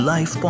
Life